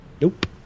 Nope